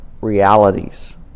realities